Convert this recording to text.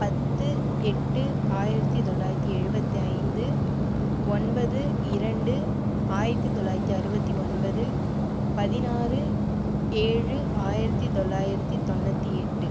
பத்து எட்டு ஆயிரத்து தொள்ளாயிரத்து எழுபத்தி ஐந்து ஒன்பது இரண்டு ஆயிரத்து தொள்ளாயிரத்து அறுபத்தி ஒன்பது பதினாறு ஏழு ஆயிரத்து தொள்ளாயிரத்து தொண்ணுற்றி எட்டு